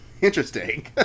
Interesting